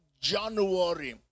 January